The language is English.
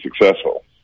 successful